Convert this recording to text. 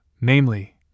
namely